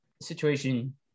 situation